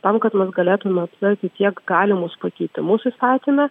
tam kad mes galėtume aptarti tiek galimus pakeitimus įstatyme